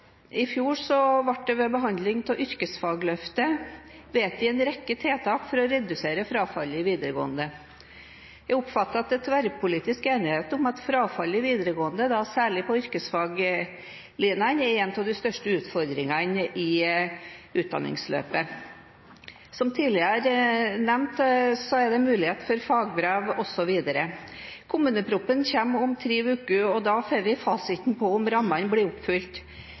en rekke tiltak for å redusere frafallet i videregående. Jeg oppfatter at det er tverrpolitisk enighet om at frafallet i videregående, særlig på yrkesfaglinjene, er en av de største utfordringene i utdanningsløpet. Som tidligere nevnt, er det mulighet for fagbrev osv. Kommuneproposisjonen kommer om tre uker, og da får vi fasiten på om rammene blir oppfylt.